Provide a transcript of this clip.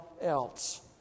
else